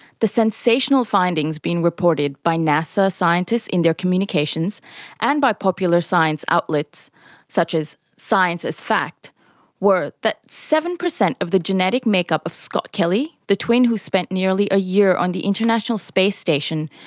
the sensational findings being reported by nasa scientists in their communications and by popular science outlets such as science as fact were that seven percent of the genetic make-up of scott kelly, the twin who spent nearly a year on the international space station,